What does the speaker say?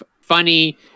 funny